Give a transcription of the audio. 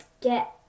get